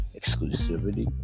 exclusivity